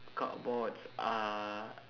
cardboards are